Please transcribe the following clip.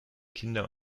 kinder